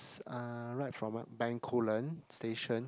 uh ride from a Bencoolen station